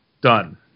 Done